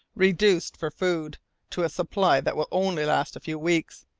reduced for food to a supply that will only last a few weeks,